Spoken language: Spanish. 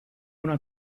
una